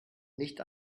nicht